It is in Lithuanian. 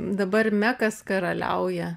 dabar mekas karaliauja